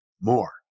more